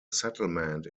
settlement